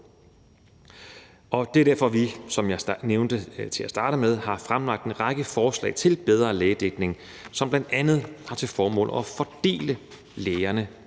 Det er derfor, vi, som jeg nævnte til at starte med, har fremlagt en række forslag til bedre lægedækning, som bl.a. har til formål at fordele lægerne